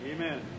Amen